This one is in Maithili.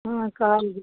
हँ